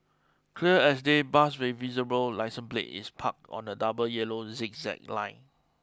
clear as day bus with visible licence plate is parked on a double yellow zigzag line